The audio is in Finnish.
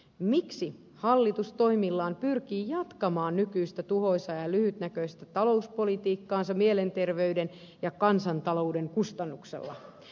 miksi hallitus toimillaan pyrkii jatkamaan nykyistä tuhoisaa ja lyhytnäköistä talouspolitiikkaansa mielenterveyden ja kansantalouden kustannuksella